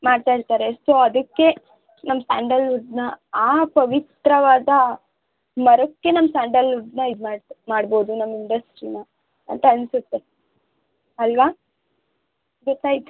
ಮಾಡ್ತಾ ಇರ್ತಾರೆ ಸೊ ಅದಕ್ಕೆ ನಮ್ಮ ಸ್ಯಾಂಡಲ್ವುಡ್ನ ಆ ಪವಿತ್ರವಾದ ಮರಕ್ಕೆ ನಮ್ಮ ಸ್ಯಾಂಡಲ್ವುಡ್ನ ಇದು ಮಾಡಿ ಮಾಡ್ಬೋದು ಇಂಡಸ್ಟ್ರೀನ ಅಂತ ಅನ್ನಿಸುತ್ತೆ ಅಲ್ಲವಾ ಗೊತ್ತಾಯಿತಾ